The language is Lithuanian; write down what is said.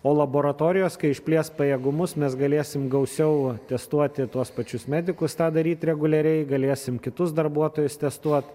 o laboratorijos kai išplės pajėgumus mes galėsim gausiau testuoti tuos pačius medikus tą daryti reguliariai galėsim kitus darbuotojus testuot